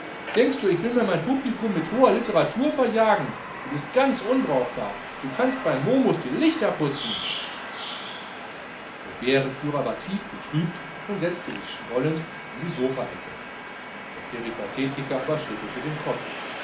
denkst du ich will mir mein publikum mit hoher literatur verjagen du bist ganz unbrauchbar du kannst beim momus die lichter putzen der bärenführer war tief betrübt und setzte sich in die sophaecke der peripathetiker aber schüttelte den kopf